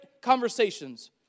conversations